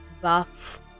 buff